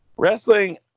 Wrestling